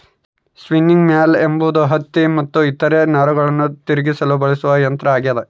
spinning mule ಎಂಬುದು ಹತ್ತಿ ಮತ್ತು ಇತರ ನಾರುಗಳನ್ನು ತಿರುಗಿಸಲು ಬಳಸುವ ಯಂತ್ರ ಆಗ್ಯದ